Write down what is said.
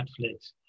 Netflix